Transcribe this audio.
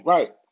Right